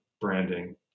branding